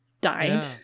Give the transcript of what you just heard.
died